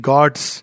God's